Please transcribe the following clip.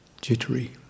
jittery